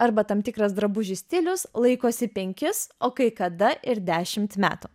arba tam tikras drabužių stilius laikosi penkis o kai kada ir dešimt metų